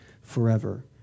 forever